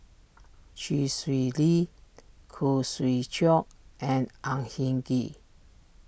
Chee Swee Lee Khoo Swee Chiow and Ang Hin Kee